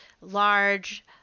large